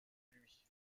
lui